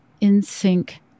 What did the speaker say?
in-sync